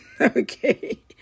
Okay